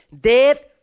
death